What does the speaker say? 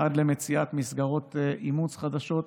עד למציאת מסגרות אימוץ חדשות.